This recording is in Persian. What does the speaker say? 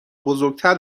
بزرگتر